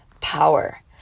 power